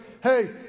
hey